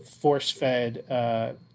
force-fed